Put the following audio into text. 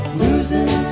losing